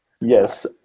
Yes